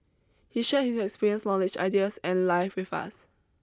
he shared his experience knowledge ideas and life with us